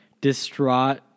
distraught